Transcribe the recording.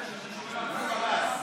כשאני שואל את מוסי רז,